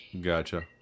Gotcha